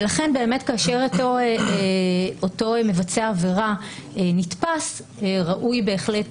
לכן כאשר אותו מבצע עבירה נתפס ראוי בהחלט